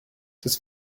des